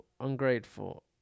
Ungrateful